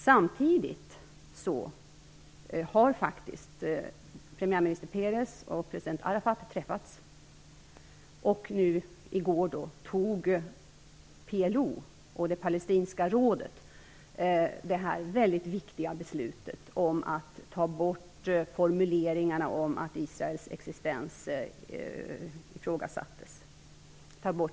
Samtidigt har faktiskt premiärminister Peres och president Arafat träffats, och i går fattade PLO och det palestinska nationella rådet det här väldigt viktiga beslutet att ta bort de formuleringar ur stadgan där Israels existens ifrågasattes.